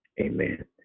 amen